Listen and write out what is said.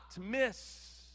miss